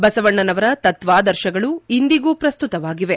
ಬಸವಣ್ಣನವರ ತತ್ವಾದರ್ಶಗಳು ಇಂದಿಗೂ ಪ್ರಸ್ತುತವಾಗಿವೆ